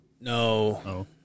No